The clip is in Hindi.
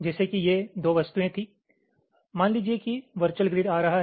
जैसे कि ये दो वस्तुएं थीं मान लीजिए कि वर्चुअल ग्रिड आ रहा है